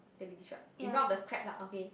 that we describe in front of the crab lah okay